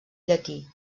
llatí